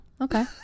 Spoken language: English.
okay